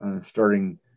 starting